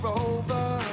over